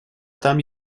там